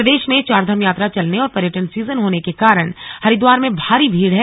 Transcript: प्रदेश में चारधाम यात्रा चलने और पर्यटन सीजन होने के कारण हरिद्वार में भारी भीड़ है